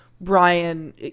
Brian